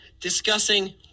discussing